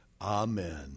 Amen